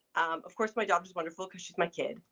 of course, my daughter's wonderful because she's my kid,